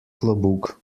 klobuk